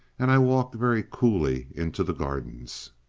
and i walked very coolly into the gardens.